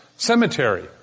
Cemetery